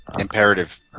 imperative